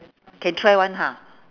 can try [one] ha